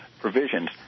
provisions